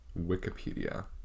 Wikipedia